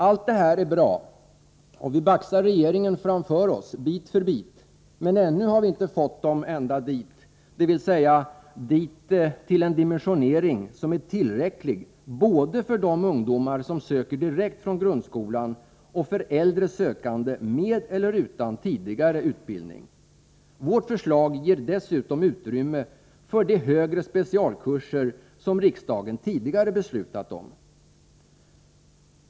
Allt det här är bra, och vi baxar regeringen framför oss bit för bit, men ännu har vi inte fått den ända dit vi vill komma, dvs. till en dimensionering, som är tillräcklig både för de ungdomar som söker direkt från grundskolan och för äldre sökande med eller utan tidigare utbildning. Vårt förslag ger dessutom utrymme för de högre specialkurser som riksdagen tidigare har beslutat om.